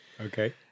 Okay